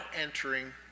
entering